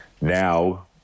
Now